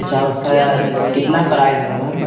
اچھا اس کا کتنا پرائز ہوگا